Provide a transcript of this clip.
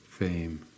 Fame